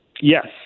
Yes